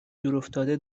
دورافتاده